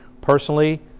Personally